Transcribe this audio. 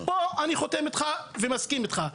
פה אני חותם איתך ומסכים איתך.